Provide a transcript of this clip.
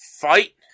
fight